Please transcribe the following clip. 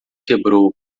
quebrou